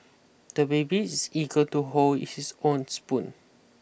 the baby is eager to hold his own spoon